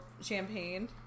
champagne